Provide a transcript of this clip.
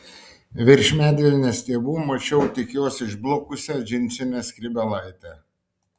virš medvilnės stiebų mačiau tik jos išblukusią džinsinę skrybėlaitę